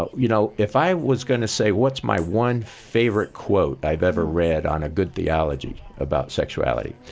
but you know, if i was going to say, what's my one favorite quote i've ever read on a good theology about sexuality?